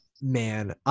man